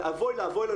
ואבוי לנו,